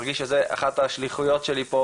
מרגיש שזו אחת השליחויות שלי פה,